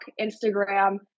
Instagram